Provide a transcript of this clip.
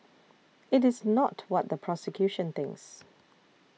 it is not what the prosecution thinks